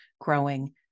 growing